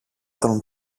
τον